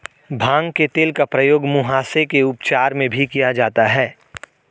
भांग के तेल का प्रयोग मुहासे के उपचार में भी किया जाता है